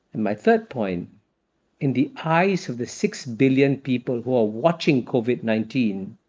my third point in the eyes of the six billion people who are watching covid nineteen,